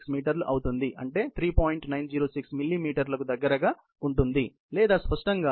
906 మిల్లీమీటర్లకు దగ్గరగా ఉంటుంది లేదా స్పష్టంగా 3